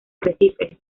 arrecifes